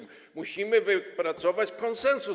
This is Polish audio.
Musimy wypracować konsensus.